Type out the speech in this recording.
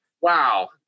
Wow